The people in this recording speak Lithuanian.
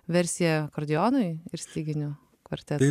versija akordeonui ir styginių kvartetui